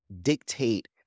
dictate